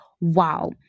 wow